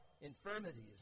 infirmities